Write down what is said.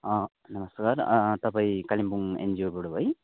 नमस्कार तपाईँ कालिम्पोङ एनजिओबाट है